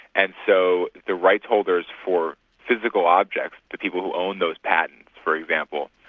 and so the rights holders for physical objects, the people who own those patents for example,